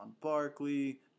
Barkley